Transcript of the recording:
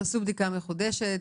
תעשו בדיקה מחודשת,